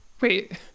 Wait